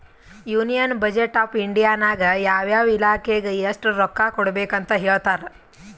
union budget of India ನಾಗ್ ಯಾವ ಯಾವ ಇಲಾಖೆಗ್ ಎಸ್ಟ್ ರೊಕ್ಕಾ ಕೊಡ್ಬೇಕ್ ಅಂತ್ ಹೇಳ್ತಾರ್